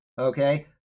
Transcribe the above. Okay